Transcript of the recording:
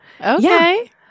Okay